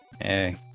Hey